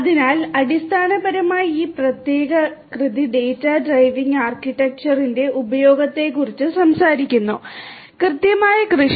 അതിനാൽ അടിസ്ഥാനപരമായി ഈ പ്രത്യേക കൃതി ഡാറ്റാ ഡ്രൈവഡ് ആർക്കിടെക്ചറിന്റെ ഉപയോഗത്തെക്കുറിച്ച് സംസാരിക്കുന്നു കൃത്യമായ കൃഷി